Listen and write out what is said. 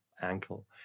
Ankle